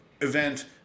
event